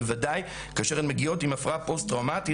בוודאי כאשר הן מגיעות עם הפרעה פוסט טראומטית.